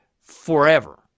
forever